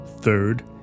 third